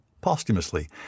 posthumously